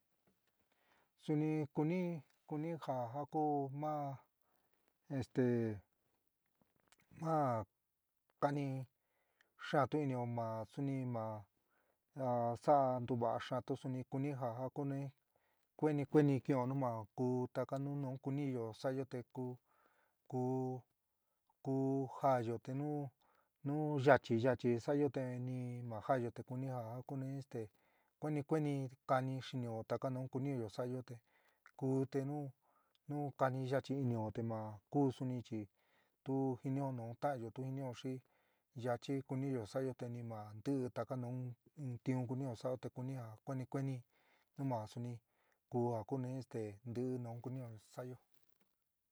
Suni kuni kuni ja ja koó ma este ja kani xaán tu inɨo ma suni ma ma sa'a nteva'á xaántu suni kuni ja ja kuni kueni kueni kin'ó nu ma ku taka nuu nu kuni sa'ayo te ku ku ku jaáyo te nu nu yachi yachi sa'ayo te ni ma jaáyo te kuni ja kuni kueni kueni kani xɨnɨo taka nu kunɨo sa'ayo te ku te nu nu káni yachi inɨo te ma ku suni chi tu jinɨo nu taányo tu jinɨo xi yachí kuniyo sa'ayo te ni ma ntɨɨ taka tiún kuniyo sa'ayo te kuni ja kueni kueni nu ma suni ku ja kuni este ntɨɨ nu kunɨo sa'ayo.